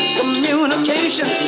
communication